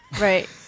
Right